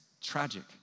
tragic